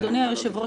אדוני היושב-ראש,